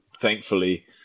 thankfully